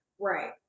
right